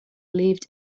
lived